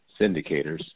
syndicators